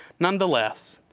nonetheless,